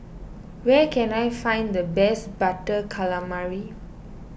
where can I find the best Butter Calamari